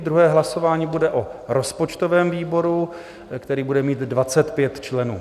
Druhé hlasování bude o rozpočtovém výboru, který bude mít 25 členů.